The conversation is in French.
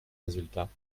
résultats